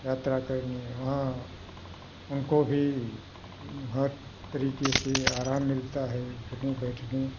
यात्रा करने वहाँ उनको भी हर तरीके से आराम मिलता है उठने बैठने